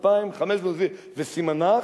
2,527 וסימנך: